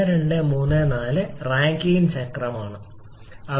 1 2 3 4 Rankine സൈക്കിളിലേക്ക്